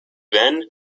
then